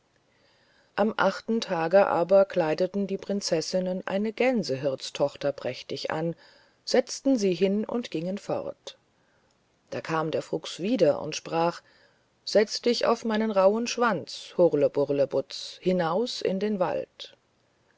am achten tage aber kleideten die prinzessinnen eine gänsehirtstochter prächtig an setzten sie hin und gingen fort da kam der fuchs wieder und sprach setz dich auf meinen rauhen schwanz hurleburlebutz hinaus in den wald